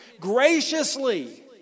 graciously